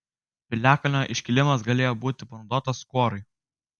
piliakalnio iškilimas galėjo būti panaudotas kuorui